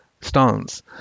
stance